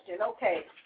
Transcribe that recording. Okay